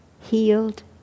healed